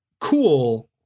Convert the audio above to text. cool